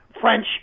French